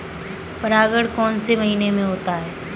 परागण कौन से महीने में होता है?